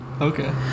Okay